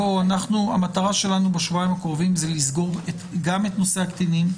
המטרה שלנו בשבועיים הקרובים לסגור גם את נושא הקטינים,